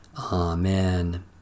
Amen